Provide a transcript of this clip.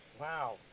wow